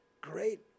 Great